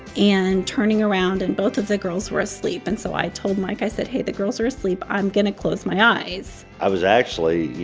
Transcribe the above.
and turning around and both of the girls were asleep. and so i told mike i said, hey, the girls are asleep. i'm going to close my eyes i was actually,